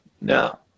No